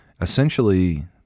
essentially